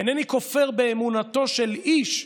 אינני כופר באמונותיו של איש,